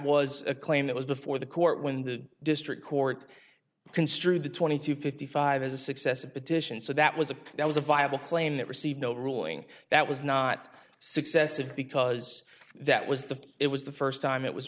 was a claim that was before the court when the district court construed the twenty to fifty five as a success a petition so that was a that was a viable claim that received no ruling that was not successive because that was the it was the first time it was